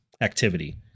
activity